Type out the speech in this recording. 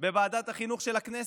בוועדת החינוך של הכנסת,